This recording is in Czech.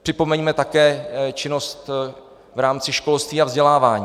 Připomeňme také činnost v rámci školství a vzdělávání.